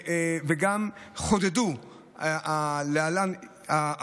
וגם חודדו הנהלים.